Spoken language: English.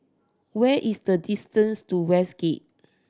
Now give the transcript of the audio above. where is the distance to Westgate